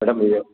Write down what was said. madam இது